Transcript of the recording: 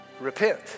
repent